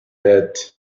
that